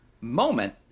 moment